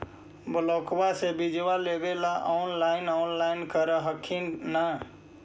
ब्लोक्बा से बिजबा लेबेले ऑनलाइन ऑनलाईन कर हखिन न?